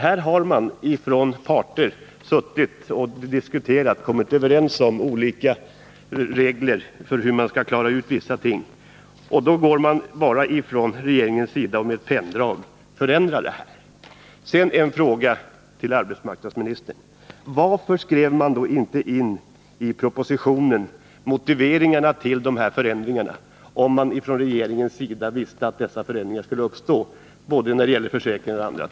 Här har parterna suttit och diskuterat och kommit överens om olika regler för hur man skall klara ut vissa förhållanden, och sedan går regeringen bara och med ett penndrag förändrar detta! Sedan en fråga till arbetsmarknadsministern: Varför skrev regeringen inte in i propositionen motiveringarna till de här förändringarna, om man visste att det skulle uppstå förändringar när det gäller både försäkringar och annat?